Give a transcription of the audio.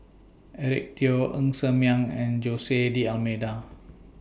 Eric Teo Ng Ser Miang and Jose D'almeida